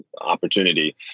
opportunity